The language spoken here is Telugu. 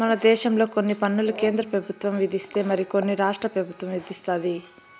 మన దేశంలో కొన్ని పన్నులు కేంద్ర పెబుత్వం విధిస్తే మరి కొన్ని రాష్ట్ర పెబుత్వం విదిస్తది